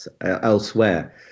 elsewhere